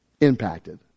Impacted